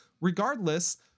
Regardless